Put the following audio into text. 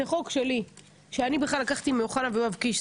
זה חוק שלי שאני בכלל לקחתי מאוחנה ויואב קיש.